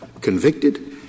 convicted